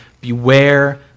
beware